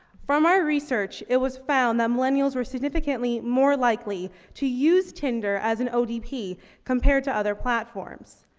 from our research, it was found that millennials were significantly more likely to use tinder as an odp compared to other platforms.